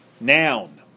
Noun